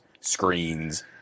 screens